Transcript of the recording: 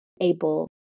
able